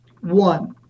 One